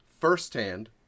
firsthand